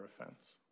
offense